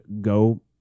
go